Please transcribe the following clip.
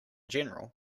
general